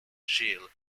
jail